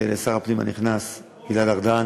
אני מאחל לשר הפנים הנכנס גלעד ארדן